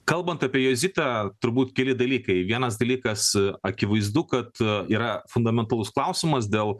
kalbant apie jozitą turbūt keli dalykai vienas dalykas akivaizdu kad yra fundamentalus klausimas dėl